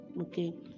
okay